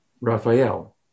Raphael